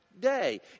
day